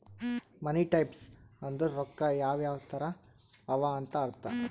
ಮನಿ types ಅಂದುರ್ ರೊಕ್ಕಾ ಯಾವ್ ಯಾವ್ ತರ ಅವ ಅಂತ್ ಅರ್ಥ